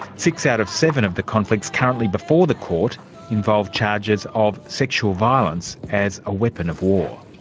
six out of seven of the conflicts currently before the court involve charges of sexual violence as a weapon of war.